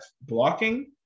blocking